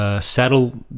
Saddle